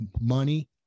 money